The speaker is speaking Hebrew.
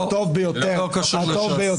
לא, זה לא קשור לש"ס...